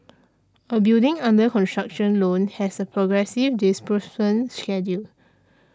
a building under construction loan has a progressive schedule